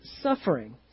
suffering